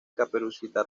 caperucita